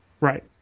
Right